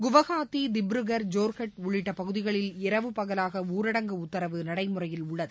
குவஹாத்தி திப்ருகர் ஜோர்ஹட் உள்ளிட்ட பகுதிகளில் இரவு பகலாக ஊரடங்கு உத்தரவு நடைமுறையில் உள்ளது